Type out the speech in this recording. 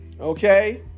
Okay